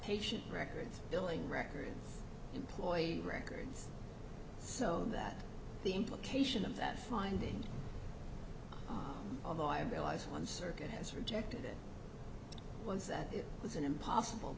patient records billing records employee records so that the implication of that finding although i bill isaac one circuit has rejected it was that it was an impossible